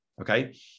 okay